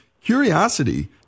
curiosity